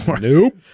nope